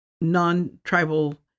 non-tribal